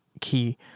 key